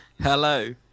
Hello